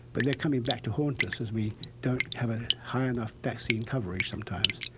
but they're coming back to haunt us as we don't have a high enough vaccine coverage sometimes.